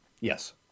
Yes